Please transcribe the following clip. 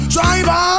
Driver